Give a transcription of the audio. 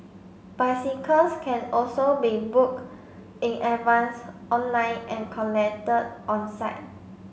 bicycles can also be booked in advance online and collected on site